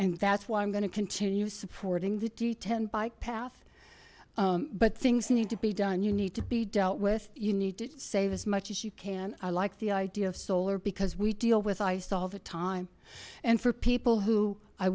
and that's why i'm going to continue supporting the d ten bike path but things need to be done you need to be dealt with you need to save as much as you can i like the idea of solar because we deal with ice all the time and for people who i